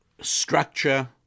structure